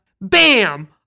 BAM